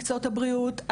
מקצועות הבריאות,